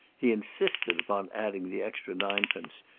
he insisted upon adding the extra ninepence,